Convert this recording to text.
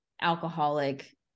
alcoholic